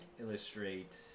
illustrate